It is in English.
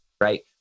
right